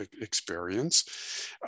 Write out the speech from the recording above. experience